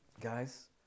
guys